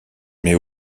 mais